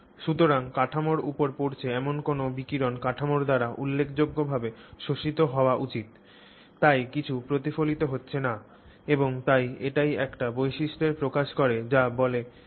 সুতরাং কাঠামোর উপর পড়ছে এমন কোনও বিকিরণ কাঠামোর দ্বারা উল্লেখযোগ্যভাবে শোষিত হওয়া উচিত তাই কিছুই প্রতিফলিত হচ্ছে না এবং তাই এটিই একটি বৈশিষ্ট্যর প্রকাশ করে যাকে বলে stealth